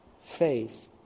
Faith